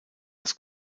das